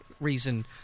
reason